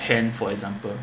hand for example